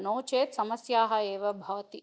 नो चेत् समस्या एव भवति